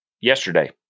yesterday